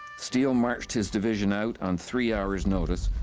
steele marched his division out on three hours notice,